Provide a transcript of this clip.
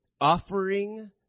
offering